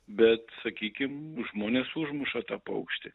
bet sakykim žmonės užmuša tą paukštį